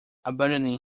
abandoning